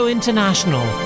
International